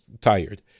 tired